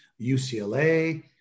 UCLA